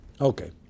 Okay